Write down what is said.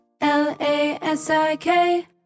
L-A-S-I-K